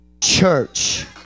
church